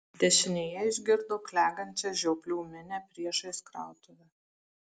dešinėje išgirdo klegančią žioplių minią priešais krautuvę